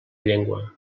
llengua